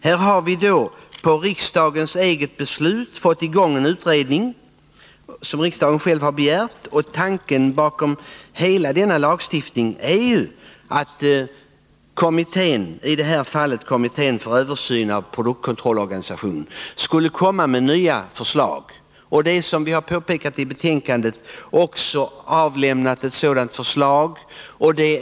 Vi har genom riksdagens beslut fått i gång en utredning, som riksdagen själv har begärt. Tanken bakom hela denna lagstiftning är ju att kommittén för översyn av produktkontrollorganisation skall komma med nya förslag. Som vi har påpekat i betänkandet är ett sådant förslag också avlämnat.